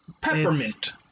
Peppermint